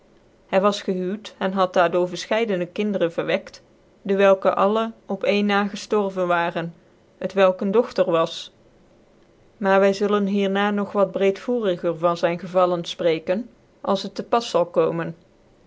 hy was gchuuwt cn had daar door verfcheide kinderen verwekt dewelke alle op een na geftorven waren het welk een dochter was maar wy zullen hier na nog wat breedvoeriger van een n e g e r j van zyn gevallen fprecken als het te pas zal komen